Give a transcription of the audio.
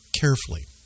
carefully